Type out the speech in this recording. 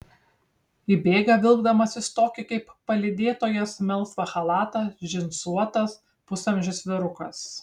įbėga vilkdamasis tokį kaip palydėtojos melsvą chalatą džinsuotas pusamžis vyrukas